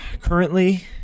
currently